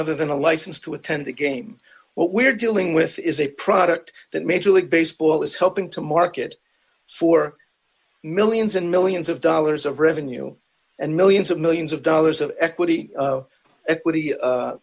other than a license to attend the game what we're dealing with is a product that major league baseball is hoping to market for millions and millions of dollars of revenue and millions of millions of dollars of equity equity